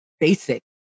basic